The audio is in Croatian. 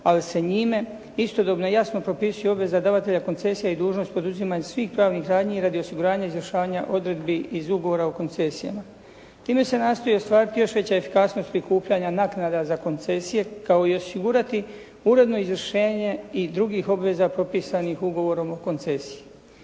ali se njime istodobno i jasno propisuje obveza davatelja koncesija i dužnost poduzimanja svih pravnih radnji radi osiguranja izvršavanja odredbi iz ugovora o koncesijama. Time se nastoji ostvariti još veća efikasnost prikupljanja naknada za koncesije kao i osigurati uredno izvršenje i drugih obveza propisanih ugovorom o koncesiji.